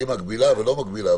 היא מגבילה ולא מגבילה.